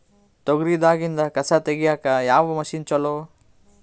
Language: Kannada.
ತೊಗರಿ ದಾಗಿಂದ ಕಸಾ ತಗಿಯಕ ಯಾವ ಮಷಿನ್ ಚಲೋ?